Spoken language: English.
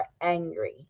angry